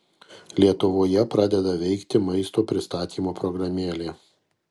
lietuvoje pradeda veikti maisto pristatymo programėlė